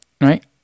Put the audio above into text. Right